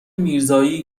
میرزایی